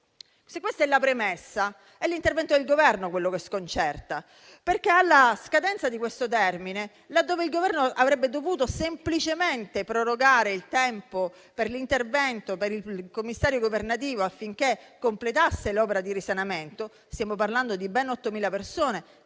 Se questa è la premessa, è l'intervento del Governo che sconcerta perché, alla scadenza del termine, nel momento in cui avrebbe dovuto semplicemente prorogare il tempo per l'intervento del commissario governativo affinché completasse l'opera di risanamento - stiamo parlando del ricollocamento